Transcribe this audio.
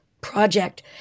project